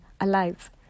alive